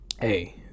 hey